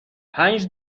پنج